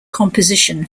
composition